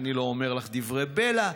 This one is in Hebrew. אני לא אומר לך דברי בלע,